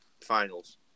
finals